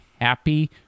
happy